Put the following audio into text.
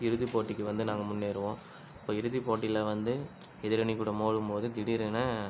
இறுதி போட்டிக்கு வந்து நாங்கள் முன்னேறுவோம் இப்போ இறுதி போட்டியில் வந்து எதிர் அணிக்கூட மோதும்போது திடீரென